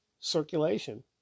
Circulation